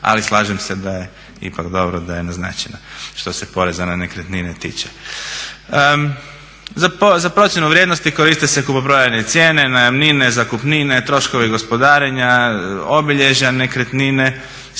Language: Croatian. ali slažem se da je ipak dobro da je naznačena što se poreza na nekretnine tiče. Za procjenu vrijednosti koriste se kupoprodajne cijene, najamnine, zakupnine, troškovi gospodarenja, obilježja nekretnine